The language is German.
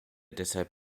deshalb